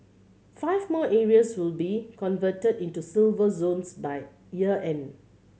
five more areas will be converted into Silver Zones by year end